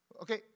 Okay